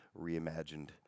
reimagined